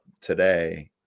today